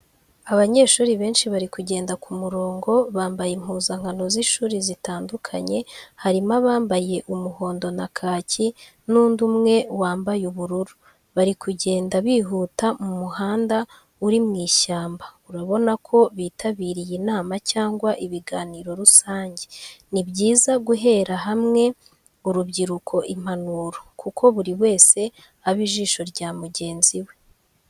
Abanyeshuri benshi bari kugenda ku murongo, bambaye impuzankano z’ishuri zitandukanye harimo abambaye umuhondo na kaki n'undi umwe wambaye ubururu. Bari kugenda bihuta mu muhanda uri mu ishyamba, urabona ko bitabiriye inama cyangwa ibiganiro rusange. Ni byiza guhera hamwe urubyiruko impanuro, kuko buri wese aba ijisho rya mugenzi we.